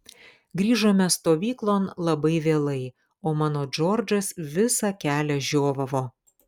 grįžome stovyklon labai vėlai o mano džordžas visą kelią žiovavo